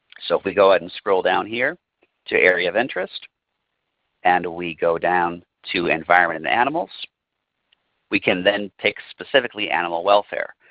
so if we go ahead and scroll down here to areas of interest and we go down to environment and animals we can then pick specifically animal welfare.